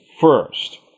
first